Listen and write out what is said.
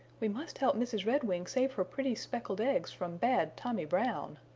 we must help mrs. redwing save her pretty speckled eggs from bad tommy brown!